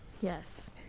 Yes